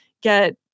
get